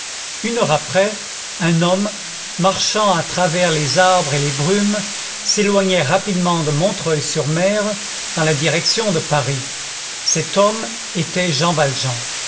une heure après un homme marchant à travers les arbres et les brumes s'éloignait rapidement de montreuil sur mer dans la direction de paris cet homme était jean valjean